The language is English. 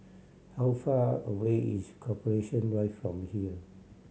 how far away is Corporation Drive from here